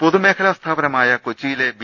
പൊതുമേഖലാ സ്ഥാപനമായ കൊച്ചിയിലെ ബി